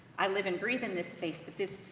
i live and breathe in this space, but this,